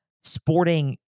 sporting